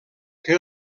que